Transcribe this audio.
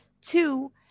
Two